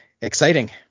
exciting